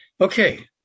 Okay